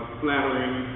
flattering